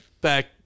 back